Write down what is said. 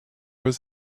was